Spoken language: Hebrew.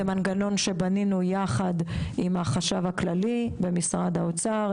זה מנגנון שבנינו יחד עם החשב הכללי במשרד האוצר,